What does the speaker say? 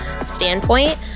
standpoint